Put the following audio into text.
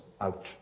out